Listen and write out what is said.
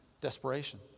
desperation